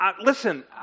listen